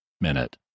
minute